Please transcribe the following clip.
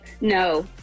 No